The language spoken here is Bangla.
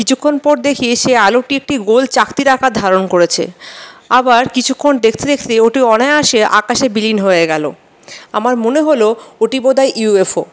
কিছুক্ষণ পর দেখি সে আলোটি একটি গোল চাকতির আকার ধারণ করেছে আবার কিছুক্ষণ দেখতে দেখতে ওটি অনায়াসে আকাশে বিলীন হয়ে গেল আমার মনে হলো ওটি বোধ হয় ইউ এফ ও